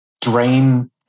drain